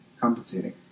compensating